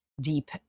deep